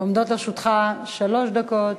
עומדות לרשותך שלוש דקות.